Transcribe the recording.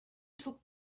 took